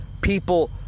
people